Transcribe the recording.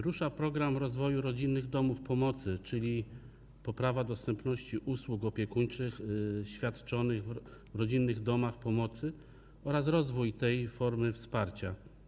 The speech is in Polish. Rusza program rozwoju rodzinnych domów pomocy, czyli poprawa dostępności usług opiekuńczych świadczonych w rodzinnych domach pomocy oraz rozwój tej formy wsparcia.